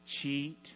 cheat